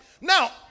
Now